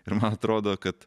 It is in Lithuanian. ir man atrodo kad